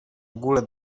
ogóle